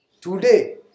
Today